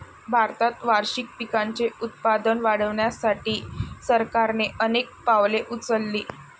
भारतात वार्षिक पिकांचे उत्पादन वाढवण्यासाठी सरकारने अनेक पावले उचलली